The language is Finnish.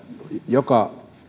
joka